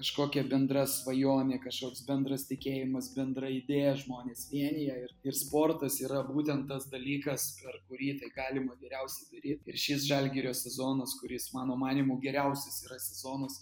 kažkokia bendra svajonė kašoks bendras tikėjimas bendra idėja žmones vienija ir ir sportas yra būtent tas dalykas per kurį galima geriausiai daryt ir šis žalgirio sezonas kuris mano manymu geriausias yra sezonas